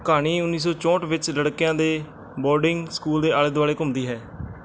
ਕਹਾਣੀ ਉੱਨੀ ਸੌ ਚੌਂਹਠ ਵਿੱਚ ਲੜਕਿਆਂ ਦੇ ਬੋਰਡਿੰਗ ਸਕੂਲ ਦੇ ਆਲੇ ਦੁਆਲੇ ਘੁੰਮਦੀ ਹੈ